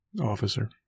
Officer